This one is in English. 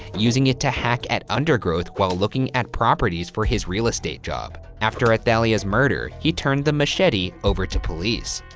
using it to hack at undergrowth while looking at properties for his real estate job. after athalia's murder, he turned the machete over to police.